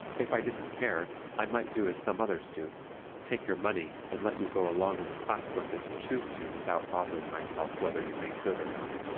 if i didn't care i might do as some others do take your money and let you go along in the class work as you choose to without bothering myself whether you made good or not.